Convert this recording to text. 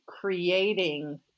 creating